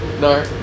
No